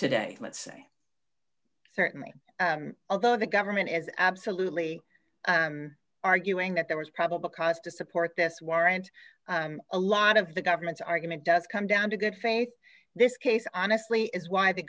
today let's say certainly although the government is absolutely arguing that there was probable cause to support this warrant a lot of the government's argument does come down to good faith this case honestly is why the